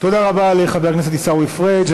תודה רבה לחבר הכנסת עיסאווי פריג'.